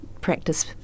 practice